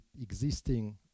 existing